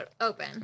open